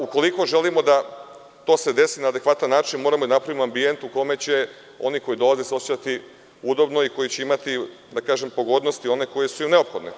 Ukoliko želimo da se to desi na adekvatan način moramo da napravimo ambijent u kojem će oni koji dolaze se osećati udobno, koji će imati pogodnosti koje su ima neophodne.